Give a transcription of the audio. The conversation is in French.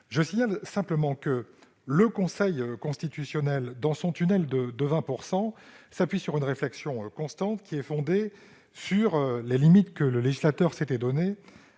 Je signale simplement que le Conseil constitutionnel, pour défendre le tunnel de 20 %, s'appuie sur une réflexion constante, reposant sur les limites que le législateur s'était données